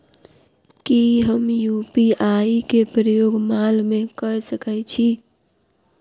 की हम यु.पी.आई केँ प्रयोग माल मै कऽ सकैत छी?